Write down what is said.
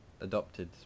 adopted